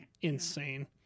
insane